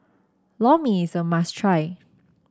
Lor Mee is a must try